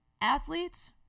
Athletes